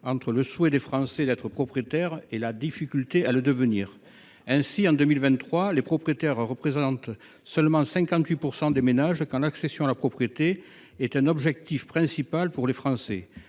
entre le souhait des Français d’être propriétaire et la difficulté à le devenir. Ainsi, en 2023, les propriétaires représentent seulement 58 % des ménages, alors que l’accession à la propriété est un objectif principal pour les Français.